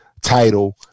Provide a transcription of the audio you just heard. title